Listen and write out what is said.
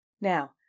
now